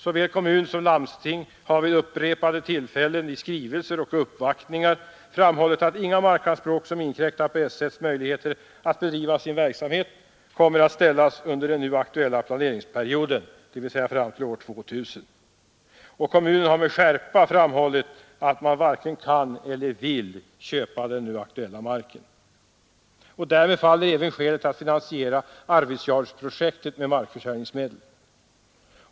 Såväl kommun som landsting har vid upprepade tillfällen i skrivelser och uppvaktningar framhållit att inga markanspråk som inkräktar på S1:s möjligheter att bedriva sin verksamhet kommer att ställas under den nu aktuella planeringsperioden, dvs. fram till år 2000. Kommunen har med skärpa framhållit att man varken kan eller vill köpa den nu aktuella marken. Därmed faller även skälet att finansiera Arvidsjaurprojektet med markförsäljningsmedel.